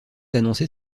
annoncer